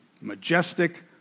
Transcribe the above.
Majestic